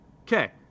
Okay